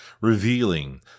revealing